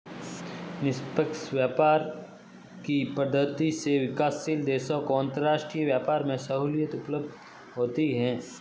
निष्पक्ष व्यापार की पद्धति से विकासशील देशों को अंतरराष्ट्रीय व्यापार में सहूलियत उपलब्ध होती है